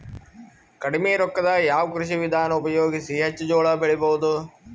ಕಡಿಮಿ ರೊಕ್ಕದಾಗ ಯಾವ ಕೃಷಿ ವಿಧಾನ ಉಪಯೋಗಿಸಿ ಹೆಚ್ಚ ಜೋಳ ಬೆಳಿ ಬಹುದ?